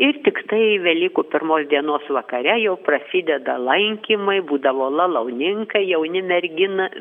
ir tiktai velykų pirmos dienos vakare jau prasideda lankymai būdavo lalauninkai jauni mergina